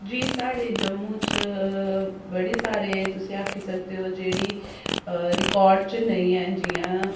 जी साढ़े जम्मू च बड़े सारे तुस आक्खी सकदे ओह् जेह्ड़ी रिकार्ड च नेईं हैन जि'यां